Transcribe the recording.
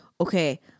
Okay